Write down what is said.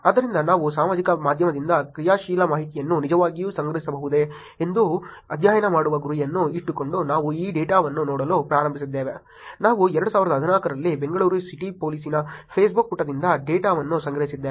ಆದ್ದರಿಂದ ನಾವು ಸಾಮಾಜಿಕ ಮಾಧ್ಯಮದಿಂದ ಕ್ರಿಯಾಶೀಲ ಮಾಹಿತಿಯನ್ನು ನಿಜವಾಗಿಯೂ ಸಂಗ್ರಹಿಸಬಹುದೇ ಎಂದು ಅಧ್ಯಯನ ಮಾಡುವ ಗುರಿಯನ್ನು ಇಟ್ಟುಕೊಂಡು ನಾವು ಈ ಡೇಟಾವನ್ನು ನೋಡಲು ಪ್ರಾರಂಭಿಸಿದ್ದೇವೆ ನಾವು 2014 ರಲ್ಲಿ ಬೆಂಗಳೂರು ಸಿಟಿ ಪೋಲೀಸ್ನ ಫೇಸ್ಬುಕ್ ಪುಟದಿಂದ ಡೇಟಾವನ್ನು ಸಂಗ್ರಹಿಸಿದ್ದೇವೆ